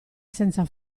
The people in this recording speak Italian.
senza